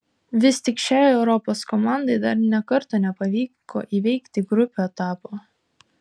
vis tik šiai europos komandai dar nė karto nepavyko įveikti grupių etapo